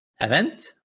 event